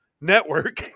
network